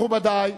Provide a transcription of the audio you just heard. מכובדי,